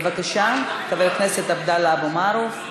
בבקשה, חבר הכנסת עבדאללה אבו מערוף.